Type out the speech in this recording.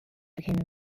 became